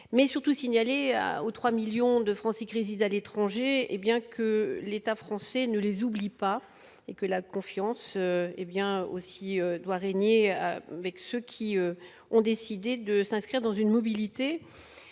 mais surtout signalé aux 3 millions de Français que réside à l'étranger, et bien que l'État français ne les oublie pas et que la confiance est bien aussi doit régner avec ceux qui ont décidé de s'inscrire dans une mobilité